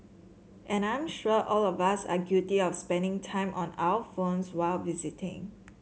and I'm sure all of us are guilty of spending time on our phones while visiting